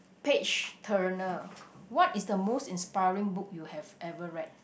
page turner what is the most inspiring book you have ever read